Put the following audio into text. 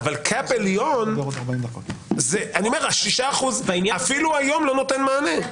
אני אומר שהשישה אחוזים אפילו היום לא נותנים מענה.